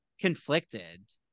conflicted